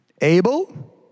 Abel